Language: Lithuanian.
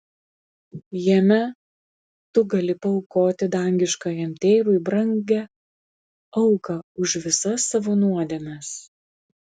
jame tu gali paaukoti dangiškajam tėvui brangią auką už visas savo nuodėmes